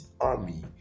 army